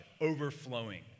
overflowing